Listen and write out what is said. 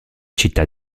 città